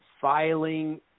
filing